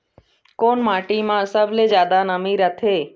कोन माटी म सबले जादा नमी रथे?